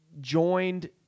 joined